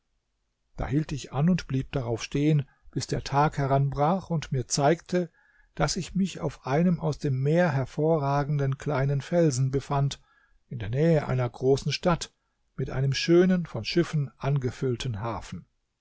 da hielt ich an und blieb darauf stehen bis der tag heranbrach und mir zeigte daß ich mich auf einem aus dem meer hervorragenden kleinen felsen befand in der nähe einer großen stadt mit einem schönen von schiffen angefüllten hafen